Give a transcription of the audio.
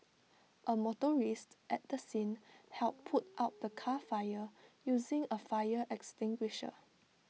A motorist at the scene helped put out the car fire using A fire extinguisher